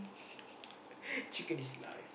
chicken is life